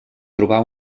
trobar